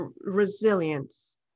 resilience